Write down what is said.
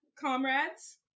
Comrades